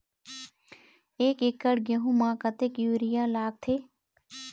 एक एकड़ गेहूं म कतक यूरिया लागथे?